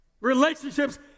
Relationships